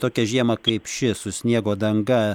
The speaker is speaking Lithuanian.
tokią žiemą kaip ši su sniego danga